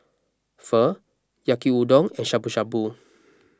Pho Yaki Udon and Shabu Shabu